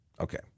okay